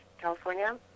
California